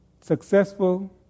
Successful